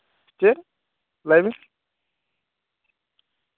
ᱪᱮᱫ ᱞᱟᱹᱭ ᱵᱤᱱ